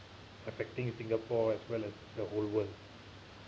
affecting singapore as well as the whole world